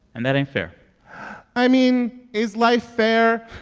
and that ain't fair i mean, is life fair?